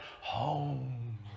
home